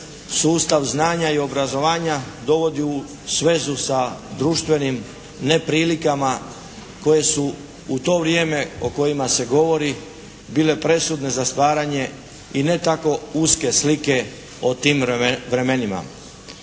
sustav znanja i obrazovanja dovodi u svezu sa društvenim neprilikama koje su u to vrijeme o kojima se govori bile presudne za stvaranje i ne tako uske slike o tim vremenima.